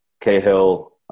Cahill